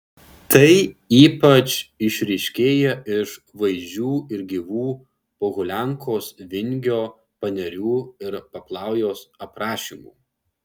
tai ypač išryškėja iš vaizdžių ir gyvų pohuliankos vingio panerių ir paplaujos aprašymų